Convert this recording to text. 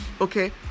okay